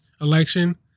election